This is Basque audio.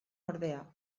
ordea